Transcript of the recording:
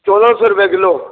चौदां सौ रपेआ किलो